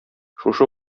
шушы